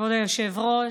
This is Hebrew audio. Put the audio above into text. כבוד היושב-ראש,